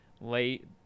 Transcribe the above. late